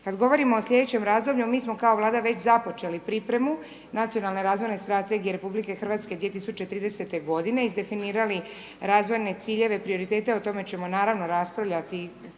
Kad govorimo o slijedećem razdoblju, mi smo kao Vlada već započeli pripremu nacionalne razvojne strategije RH 2030. godine. Izdefinirali razvojne ciljeve, prioritete, o tome ćemo naravno raspravljati